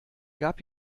gab